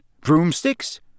Broomsticks